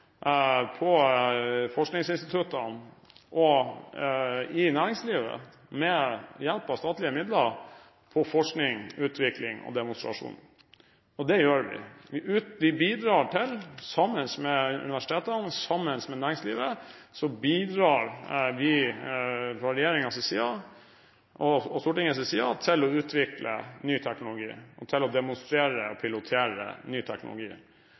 på forskningsinstituttene og i næringslivet, ved hjelp av statlige midler til forskning, utvikling og demonstrasjon. Det gjør vi. Sammen med universitetene og næringslivet bidrar vi fra regjeringens og Stortingets side til å utvikle ny teknologi og til å demonstrere og pilotere ny teknologi.